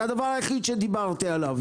זה הדבר היחיד שדיברתי עליו.